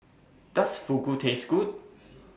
Does Fugu Taste Good